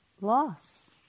loss